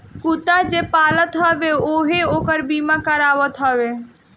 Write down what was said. कुत्ता जे पालत हवे उहो ओकर बीमा करावत हवे